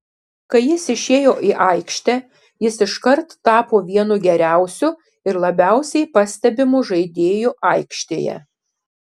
kai jis išėjo į aikštę jis iškart tapo vienu geriausiu ir labiausiai pastebimu žaidėju aikštėje